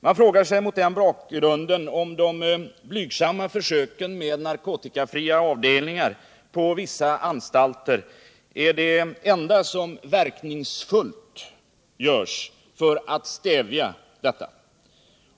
Man frågar sig mot den bakgrunden om de blygsamma försöken med narkotikafria avdelningar på vissa anstalter är det enda som verkningsfullt görs för att stävja detta missbruk.